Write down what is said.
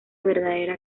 verdadera